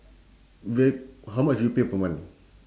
v~ how much do you pay per month